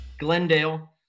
glendale